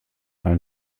einen